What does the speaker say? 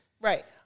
Right